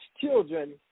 children